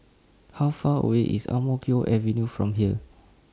How Far away IS Ang Mo Kio Avenue from here